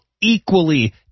equally